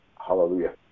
Hallelujah